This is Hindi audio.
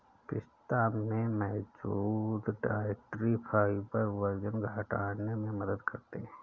पिस्ता में मौजूद डायट्री फाइबर वजन घटाने में मदद करते है